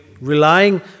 relying